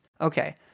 Okay